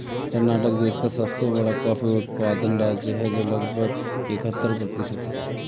कर्नाटक देश का सबसे बड़ा कॉफी उत्पादन राज्य है, जो लगभग इकहत्तर प्रतिशत है